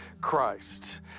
Christ